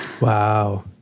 Wow